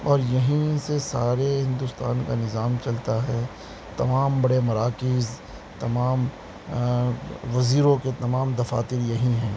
اور یہیں سے سارے ہندوستان کا نظام چلتا ہے تمام بڑے مراکز تمام وزیروں کے تمام دفاتر یہی ہیں